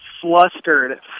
flustered